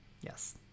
Yes